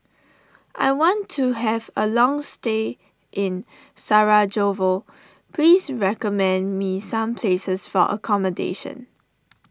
I want to have a long stay in Sarajevo please recommend me some places for accommodation